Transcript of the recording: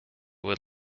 would